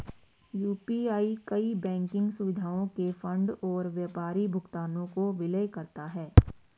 UPI कई banking सुविधाओं के फंड और व्यापारी भुगतानों को विलय करता है